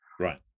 Right